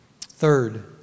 Third